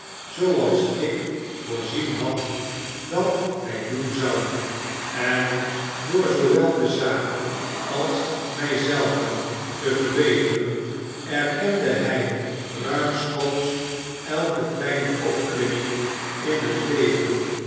zooals ik voorzien had dat hy doen zou en door zoowel de zaak als my zelven te verbeteren erkende hy ruimschoots elke kleine opklimming in het leven